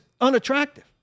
unattractive